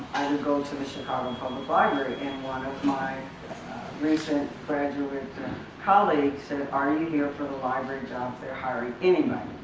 i would go to the chicago public library and one of my recent graduates and colleagues said are you here for the library job? they're hiring anybody